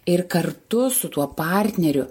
ir kartu su tuo partneriu